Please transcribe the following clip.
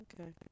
Okay